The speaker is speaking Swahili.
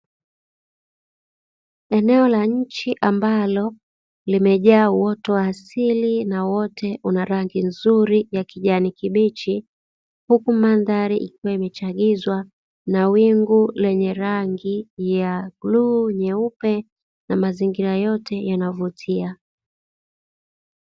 Eneo la nje ambalo limejaa uoto wa asili na wote unarangi nzuri ya kijani kibichi huku mandhari ikiwa imechanizwa na wingu lenye rangi ya bluu, nyeupe na mazingira yote yanavutia.